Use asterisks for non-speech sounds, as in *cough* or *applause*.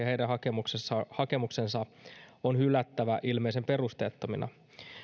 *unintelligible* heidän hakemuksensa hakemuksensa on hylättävä ilmeisen perusteettomina